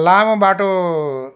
लामो बाटो